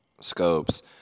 scopes